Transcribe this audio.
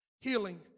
healing